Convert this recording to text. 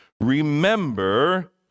remember